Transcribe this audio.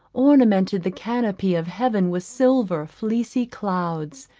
ornamented the canopy of heaven with silver, fleecy clouds,